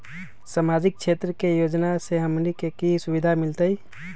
सामाजिक क्षेत्र के योजना से हमनी के की सुविधा मिलतै?